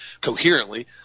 coherently